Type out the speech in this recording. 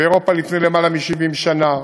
באירופה לפני למעלה מ-70 שנה,